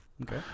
Okay